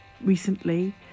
recently